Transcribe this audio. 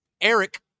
Eric